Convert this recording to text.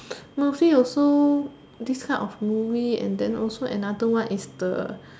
movie also this type of movie and then also another one is the